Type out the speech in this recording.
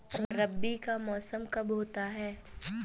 रबी का मौसम कब होता हैं?